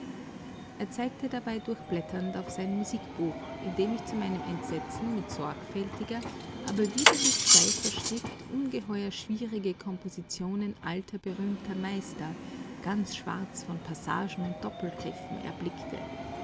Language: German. er zeigte dabei durchblätternd auf sein musikbuch in dem ich zu meinem entsetzen mit sorgfältiger aber widerlich steifer schrift ungeheuer schwierige kompositionen alter berühmter meister ganz schwarz von passagen und doppelgriffen erblickte